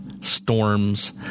storms